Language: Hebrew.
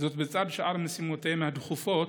בצד שאר משימותיהם הדחופות,